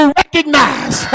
recognize